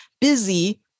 busy